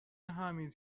حمید